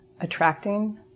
attracting